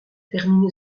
terminer